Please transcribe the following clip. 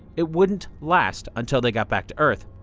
it wouldn't last until they got back to earth.